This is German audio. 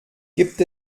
gibt